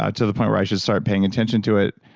ah to the point where i just start paying attention to it,